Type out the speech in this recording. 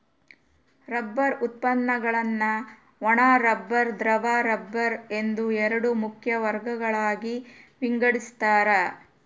rubber ಉತ್ಪನ್ನಗುಳ್ನ ಒಣ rubber ದ್ರವ ರಬ್ಬರ್ ಎಂದು ಎರಡು ಮುಖ್ಯ ವರ್ಗಗಳಾಗಿ ವಿಂಗಡಿಸ್ತಾರ